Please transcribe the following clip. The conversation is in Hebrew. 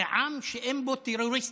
זה עם שאין בו טרוריסטים,